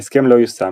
ההסכם לא יושם,